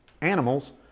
animals